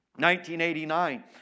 1989